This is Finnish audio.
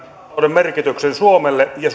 merkityksen suomelle ja